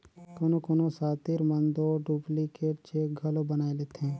कोनो कोनो सातिर मन दो डुप्लीकेट चेक घलो बनाए लेथें